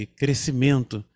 crescimento